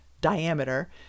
diameter